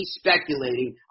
speculating